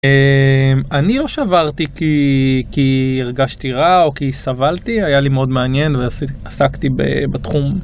אני לא שברתי כי הרגשתי רע או כי סבלתי היה לי מאוד מעניין ועסקתי בתחום.